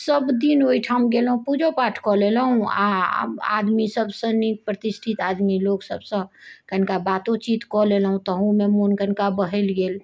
सभ दिन ओहिठाम गेलहुँ पूजो पाठ कऽ लेलहुँ आ आदमी सभसँ नीक प्रतिष्ठित आदमी लोक सभसँ कनिका बातोचीत कऽ लेलहुँ तहुँमे मन कनिका बहलि गेल